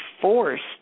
forced